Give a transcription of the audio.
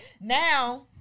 now